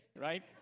right